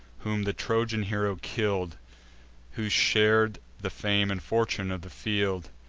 whom the trojan hero kill'd who shar'd the fame and fortune of the field!